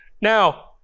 Now